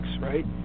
right